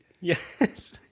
Yes